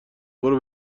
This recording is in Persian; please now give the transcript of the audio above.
برو